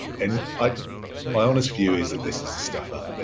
and my honest view is that this is a stuff-up.